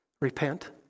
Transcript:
Repent